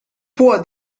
può